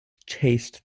chased